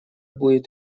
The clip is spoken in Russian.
будет